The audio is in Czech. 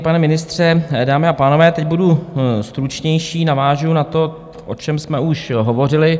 Pane ministře, dámy a pánové, teď budu stručnější, navážu na to, o čem jsme už hovořili.